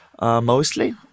mostly